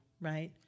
right